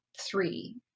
Three